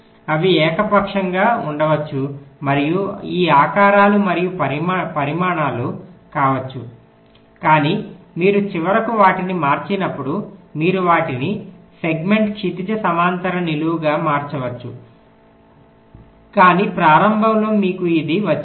అవి ఏకపక్షంగా ఉండవచ్చు మరియు ఈ ఆకారాలు మరియు పరిమాణాలు కావచ్చు కానీ మీరు చివరకు వాటిని మార్చినప్పుడు మీరు వాటిని సెగ్మెంట్ క్షితిజ సమాంతర నిలువుగా మార్చవచ్చు కాని ప్రారంభంలో మీకు ఇది వచ్చింది